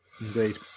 Indeed